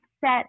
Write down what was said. set